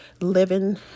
living